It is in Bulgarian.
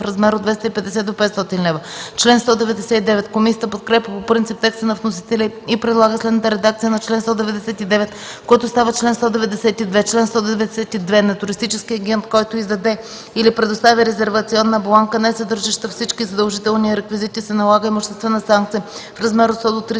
санкция в размер от 250 до 500 лв.” Комисията подкрепя по принцип текста на вносителя и предлага следната редакция на чл. 199, който става чл. 192: „Чл. 192. На туристически агент, който издаде или предостави резервационна бланка, несъдържаща всички задължителни реквизити, се налага имуществена санкция в размер от 100